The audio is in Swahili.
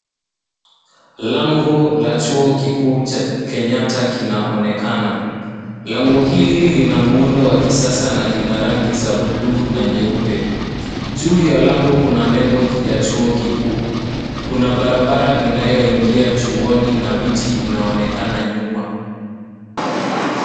Lango la chuo kikuu cha kenyatta kinaonekana. Lango hili lina muundo wa kisasa na lina rangi za buluu na nyeupe. Juu ya lango kuna nembo ya chuo kikuu. Kuna barabara inayoingia chuoni na miti inaonekana nyuma.